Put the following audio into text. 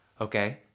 okay